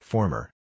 Former